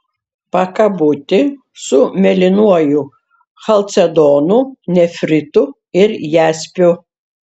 pakabutį su mėlynuoju chalcedonu nefritu ir jaspiu